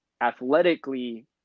athletically